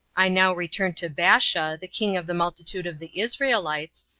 i now return to baasha, the king of the multitude of the israelites,